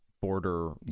border